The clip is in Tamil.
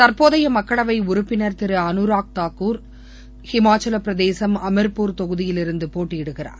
தற்போதைய மக்களவை திரு அனுராக் தாக்கூர் இமாச்சல பிரதேசம் அமிர்பூர் தொகுதியிலிருந்து போட்டியிடுகிறார்